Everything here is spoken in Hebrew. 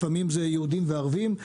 ולפעמים אלה יהודים וערבים.